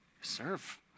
serve